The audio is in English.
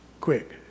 quick